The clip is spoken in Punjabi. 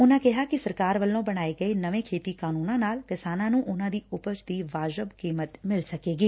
ਉਨਾ ਕਿਹਾ ਕਿੱ ਸਰਕਾਰ ਵੱਲੋਂ ਬਣਾਏ ਨਵੇਂ ਖੇਤੀ ਕਾਨੰਨਾ ਨਾਲ ਕਿਸਾਨਾ ਨੰ ਉਨਾ ਦੀ ਉਪਜ ਦੀ ਵਾਜਬ ਕੀਮਤ ਮਿਲ ਸਕੇਗੀ